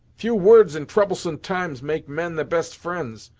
few words in troublesome times, make men the best fri'nds.